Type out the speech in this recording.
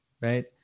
right